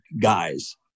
guys